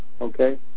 Okay